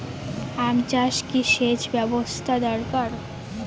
আম চাষে কি সেচ ব্যবস্থা দরকার?